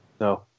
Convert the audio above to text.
no